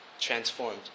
transformed